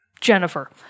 Jennifer